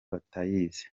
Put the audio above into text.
batayizi